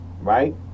right